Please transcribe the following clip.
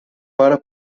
para